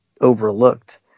overlooked